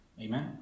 Amen